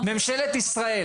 ממשלת ישראל